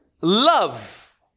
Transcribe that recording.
love